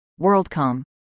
WorldCom